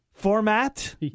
format